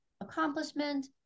accomplishment